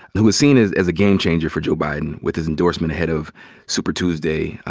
who was seen as as a game changer for joe biden with his endorsement ahead of super tuesday,